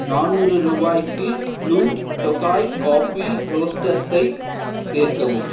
நானூறு ரூபாய்க்கு Blue Tokai coffee ரோஸ்ட்டர்ஸை சேர்க்கவும்